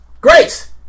Great